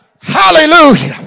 Hallelujah